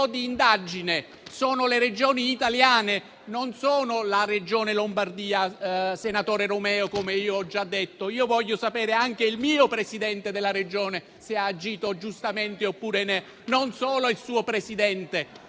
di indagine: sono le Regioni italiane, e non solo la Regione Lombardia, senatore Romeo, come ho già detto. Voglio sapere se anche il Presidente della mia Regione ha agito giustamente, non solo il suo Presidente.